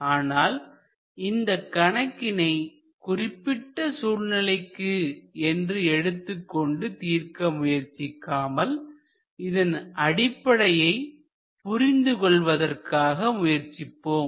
ஆனால் இந்தக் கணக்கினை குறிப்பிட்ட சூழ்நிலைக்கு என்று எடுத்துக்கொண்டு தீர்க்க முயற்சிக்காமல் இதன் அடிப்படையை புரிந்து கொள்வதற்காக முயற்சிப்போம்